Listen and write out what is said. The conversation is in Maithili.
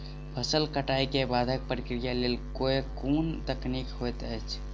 फसल कटाई केँ बादक प्रक्रिया लेल केँ कुन तकनीकी होइत अछि?